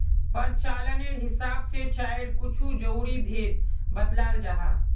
प्रचालानेर हिसाब से चायर कुछु ज़रूरी भेद बत्लाल जाहा